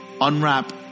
unwrap